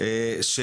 גם המגרש שלנו,